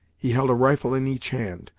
he held a rifle in each hand,